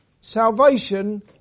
salvation